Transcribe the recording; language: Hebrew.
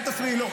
אל תפריעי לי.